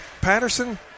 Patterson